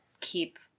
keep